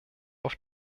auf